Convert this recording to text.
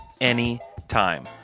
anytime